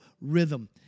rhythm